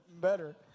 better